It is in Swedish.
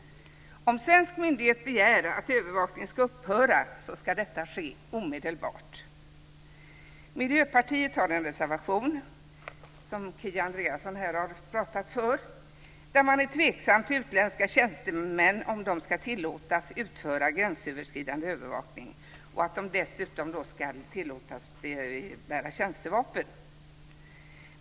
Om svensk myndighet begär att övervakningen ska upphöra ska detta ske omedelbart. Miljöpartiet har avgett en reservation - som Kia Andreasson här har pratat för - där man är tveksam till att utländska tjänstemän ska tillåtas utföra gränsöverskridande övervakning och att de dessutom ska tillåtas att bära tjänstevapen.